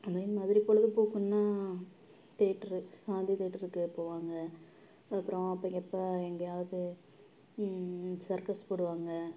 அதே மாதிரி பொழுதுபோக்குன்னால் தியேட்டர் சாந்தி தியேட்டருக்கு போவாங்க அப்புறம் எப்போ எங்கேயாவது சர்க்கஸ் போடுவாங்க